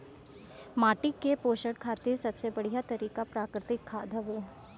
माटी के पोषण खातिर सबसे बढ़िया तरिका प्राकृतिक खाद हवे